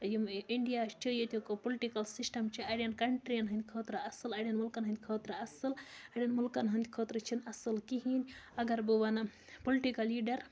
یِم اِنٛڈیا چھِ ییٚتیُک پُلٹِکَل سِسٹَم چھِ اَڑٮ۪ن کَنٹِرٛیَن ہٕنٛدۍ خٲطرٕ اَصٕل اَڑٮ۪ن مُلکَن ہٕنٛدۍ خٲطرٕ اَصٕل اَڑٮ۪ن مُلکَن ہٕنٛدۍ خٲطرٕ چھِنہٕ اَصٕل کِہیٖنۍ اَگر بہٕ وَنہٕ پُلٹِکَل لیٖڈَر